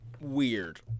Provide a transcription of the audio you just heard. weird